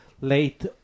late